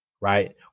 right